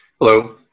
Hello